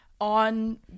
on